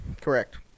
Correct